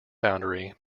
boundary